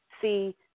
see